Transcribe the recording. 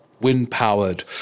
wind-powered